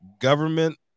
government